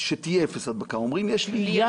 שתהיה אפס הדבקה, אומרים: יש לי יעד.